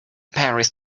paris